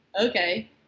Okay